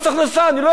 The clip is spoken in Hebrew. אני לא יכול להגיד.